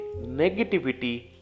negativity